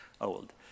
old